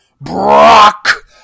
Brock